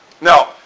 Now